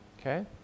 okay